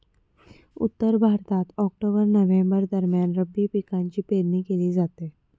उत्तर भारतात October November दरम्यान रब्बी पिकांची पेरणी केली जाते